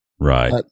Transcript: Right